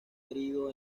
herido